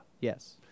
Yes